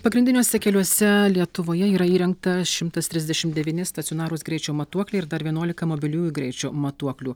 pagrindiniuose keliuose lietuvoje yra įrengta šimtas trisdešimt devyni stacionarūs greičio matuoklai ir dar vienuolika mobiliųjų greičio matuoklių